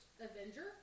Avenger